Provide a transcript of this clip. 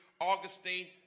Augustine